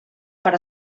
per